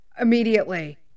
immediately